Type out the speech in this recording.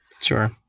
Sure